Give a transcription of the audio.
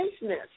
business